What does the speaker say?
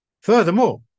Furthermore